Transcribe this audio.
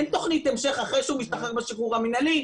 אין תוכנית המשך אחרי שהוא משתחרר בשחרור המנהלי,